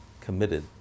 committed